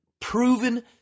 proven